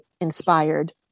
inspired